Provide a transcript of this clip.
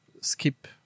skip